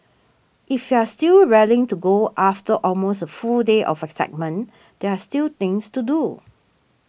if you're still raring to go after almost a full day of excitement there are still things to do